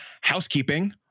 housekeeping